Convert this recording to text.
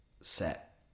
set